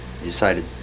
decided